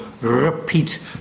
repeat